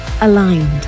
aligned